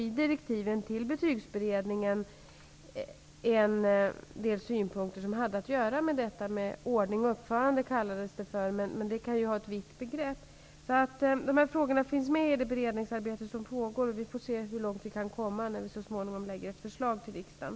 I direktiven till Betygsberedningen fanns det en del synpunkter som hade att göra med ordning och uppförande, som det kallades, men det kan vara ett vitt begrepp. Dessa frågor finns alltså med i det beredningsarbete som pågår, och vi får se hur långt vi kan komma när vi så småningom lägger fram ett förslag för riksdagen.